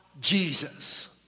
Jesus